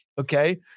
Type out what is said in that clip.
okay